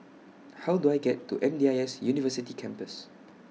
How Do I get to M D I S University Campus